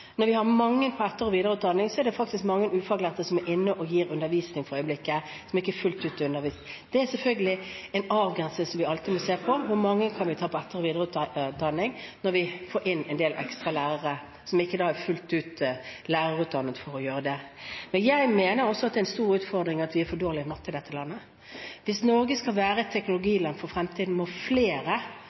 Når vi har mange på etter- og videreutdanning, er det faktisk mange ufaglærte som gir undervisning for øyeblikket, som ikke fullt ut er utdannet. Dette er selvfølgelig en avgrensing som vi alltid må se på: Hvor mange kan vi ta inn på etter- og videreutdanning når vi da får inn en del ekstra lærere som ikke fullt ut er utdannet til å være det? Jeg mener også at det er en stor utfordring at vi er for dårlige i matematikk i dette landet. Hvis Norge skal være et teknologiland i fremtiden, må flere